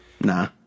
Nah